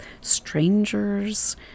strangers